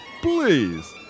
Please